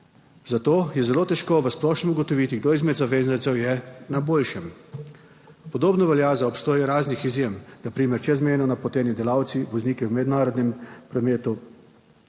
zato je zelo težko v splošnem ugotoviti, kdo izmed zavezancev je na boljšem. Podobno velja za obstoj raznih izjem, na primer čezmejno napoteni delavci, vozniki v mednarodnem prometu